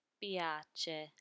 piace